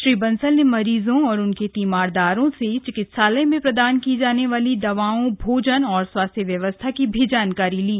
श्री बंसल ने मरीजों और उनके तीमारदारों से चिकित्सालय में प्रदान की जाने वाली दवाओं भोजन और सफाई व्यवस्था की जानकारी ली